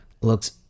looks